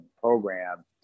program